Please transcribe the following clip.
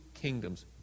kingdoms